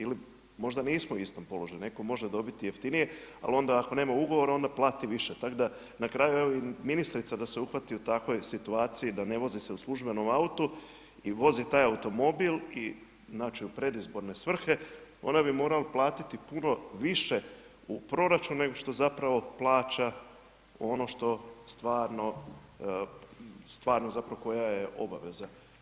Ili možda nismo u istom položaju, netko može dobiti jeftinije, ali onda ako nema ugovora, onda plati više, tako da na kraju, evo i ministrica da se uhvati u takvoj situaciji da ne vozi se u službenom autu i vozi taj automobil i znači u predizborne svrhe, ona bi morala platiti puno više u proračun nego što zapravo plaća ono što stvarno zapravo koja je obaveza.